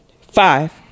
five